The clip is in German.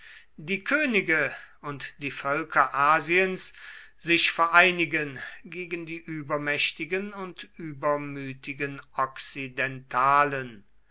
die könige und die völker asiens sich vereinigen gegen die übermächtigen und übermütigen